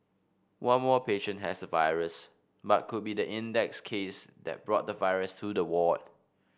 one more patient has the virus but could be the index case that brought the virus to the ward